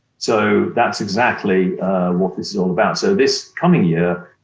so that's exactly what this is all about. so this coming year,